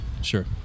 sure